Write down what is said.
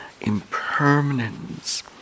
impermanence